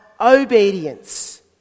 obedience